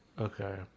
Okay